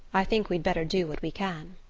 i think we'd better do what we can.